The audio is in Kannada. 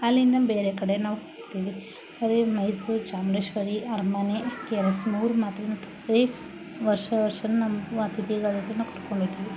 ಅಲ್ಲಿಂದ ಬೇರೆ ಕಡೆ ನಾವು ಹೋಗ್ತೀವಿ ಅಲ್ಲಿ ಮೈಸೂರು ಚಾಮುಂಡೇಶ್ವರಿ ಅರಮನೆ ಕೆ ಆರ್ ಎಸ್ ವರ್ಷ ವರ್ಷವೂ ನಮ್ಮ ಅಥಿತಿಗಳು ಕರ್ಕೊಂಡು ಹೋಗ್ತೀವಿ